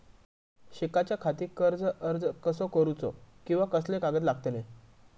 शिकाच्याखाती कर्ज अर्ज कसो करुचो कीवा कसले कागद लागतले?